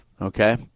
Okay